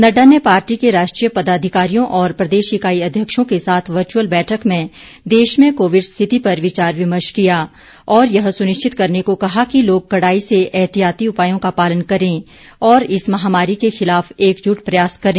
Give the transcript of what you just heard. नड़डा ने पार्टी के राष्ट्रीय पदाधिकारियों और प्रदेश इकाई अध्यक्षों के साथ वर्चअल बैठक में देश में कोविड स्थिति पर विचार विमर्श किया और यह सुनिश्चित करने को कहा कि लोग कड़ाई से एहतियाती उपायों का पालन करें और इस महामारी के खिलाफ एकजुट प्रयास करें